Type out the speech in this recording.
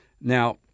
Now